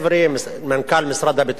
מנכ"ל משרד הביטחון,